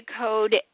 code